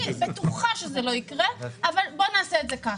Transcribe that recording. אני בטוחה שזה לא יקרה אבל בוא נעשה את זה כך.